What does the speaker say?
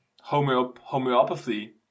homeopathy